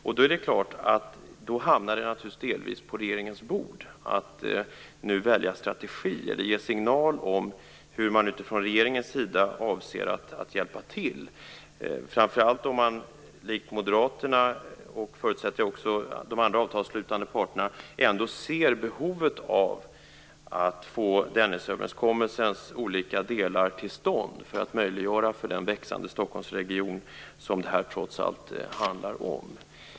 Då hamnar det naturligtvis delvis på regeringens bord att nu välja strategi eller ge signal om hur man utifrån regeringens sida avser att hjälpa till, framför allt om man likt Moderaterna, och, förutsätter jag, också de andra avtalsslutande parterna, ändå ser behovet av att få Dennisöverenskommelsens olika delar till stånd, för att möjliggöra för den växande Stockholmsregion som detta trots allt handlar om.